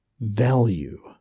value